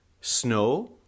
snow